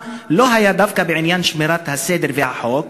לא היה דווקא בעניין שמירת הסדר והחוק,